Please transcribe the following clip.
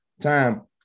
time